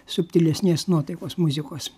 subtilesnės nuotaikos muzikos